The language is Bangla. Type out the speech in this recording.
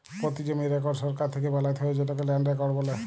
পতি জমির রেকড় সরকার থ্যাকে বালাত্যে হয় যেটকে ল্যান্ড রেকড় বলে